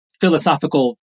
philosophical